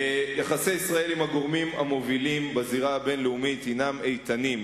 יחסי ישראל עם הגורמים המובילים בזירה הבין-לאומית הינם איתנים.